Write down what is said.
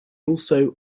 also